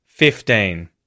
Fifteen